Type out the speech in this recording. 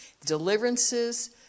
deliverances